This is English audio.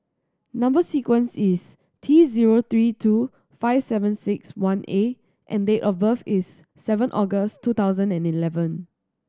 number sequence is T zero three two five seven six one A and date of birth is seven August two thousand and eleven